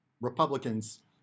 Republicans